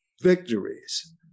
victories